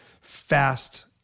fast